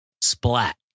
Splat